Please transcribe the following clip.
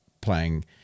playing